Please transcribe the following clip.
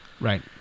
Right